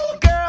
Girl